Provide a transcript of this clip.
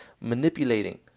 Manipulating